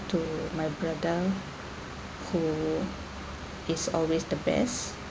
to my brother who is always the best